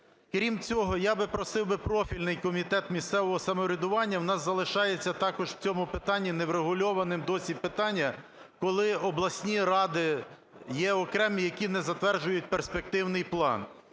Крім цього, я би просив би профільний Комітет місцевого самоврядування, в нас залишається також в цьому питанні неврегульованим досі питання, коли обласні ради є окремі, які не затверджують перспективний план.